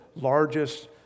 largest